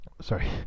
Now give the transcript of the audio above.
sorry